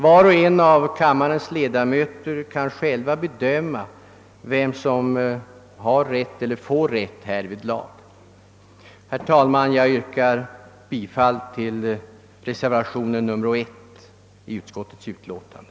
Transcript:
Var och en av kammarens ledamöter kan själva bedöma vem som har eller får rätt härvidlag. Herr talman! Jag yrkar bifall till reservation nr 1 i utskottets utlåtande.